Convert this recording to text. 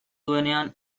duenean